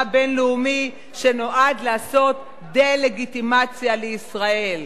בין-לאומי שנועד לעשות דה-לגיטימציה לישראל.